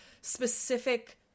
specific